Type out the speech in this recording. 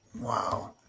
Wow